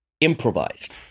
improvised